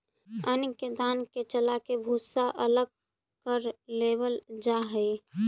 अन्न के दान के चालके भूसा अलग कर लेवल जा हइ